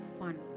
fun